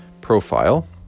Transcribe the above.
profile